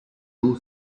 two